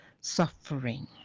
suffering